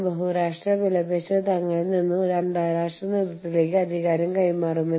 ഉദാഹരണത്തിന് ഇന്ത്യൻ ഉപസ്ഥാപനങ്ങളിൽ വിദേശ പാശ്ചാത്യ ഫാസ്റ്റ് ഫുഡ് ശൃംഖലകളിൽ ബിരിയാണി വിളമ്പുന്നത്